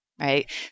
right